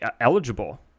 eligible